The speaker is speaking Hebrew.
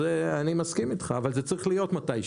אני מסכים איתך, אבל זה צריך להיות מתישהו.